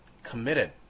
committed